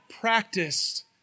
practiced